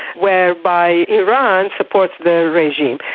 whereby iran supports the regime.